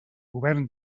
govern